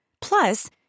Plus